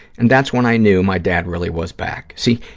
and that's when i knew my dad really was back. see,